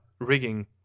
rigging